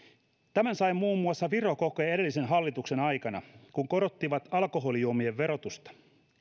tämän sai muun muassa viro kokea edellisen hallituksen aikana kun he korottivat alkoholijuomien verotusta